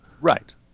Right